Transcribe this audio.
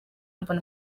mbona